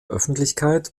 öffentlichkeit